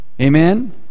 Amen